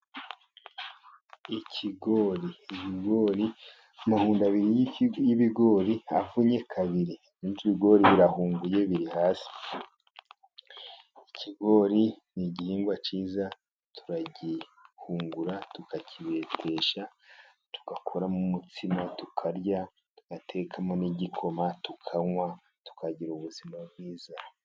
Ikigori, ibigori , amahundo abiri y'ibigori avunye kabiri, ibigori birahunguye biri hasi. Ikigori ni igihingwa cyiza turagihungura tukakibetesha tugakoramo umutsima tukarya, tugatekamo n'igikoma tukanywa, tukagira ubuzima bwiza.